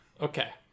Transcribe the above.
Okay